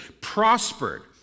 prospered